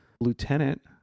Lieutenant